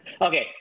Okay